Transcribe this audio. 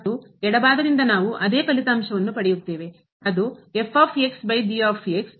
ಮತ್ತು ಎಡಭಾಗದಿಂದ ನಾವು ಅದೇ ಫಲಿತಾಂಶವನ್ನು ಪಡೆಯುತ್ತೇವೆ ಅದು ಇದು